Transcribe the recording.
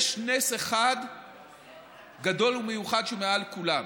יש אחד גדול ומיוחד שהוא מעל כולם,